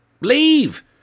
Leave